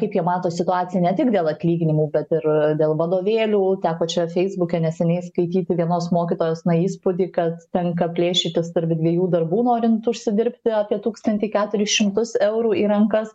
kaip jie mato situaciją ne tik dėl atlyginimų bet ir dėl vadovėlių teko čia feisbuke neseniai skaityti vienos mokytojos na įspūdį kad tenka plėšytis tarp dviejų darbų norint užsidirbti apie tūkstantį keturis šimtus eurų į rankas